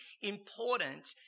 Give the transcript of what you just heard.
important